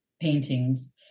paintings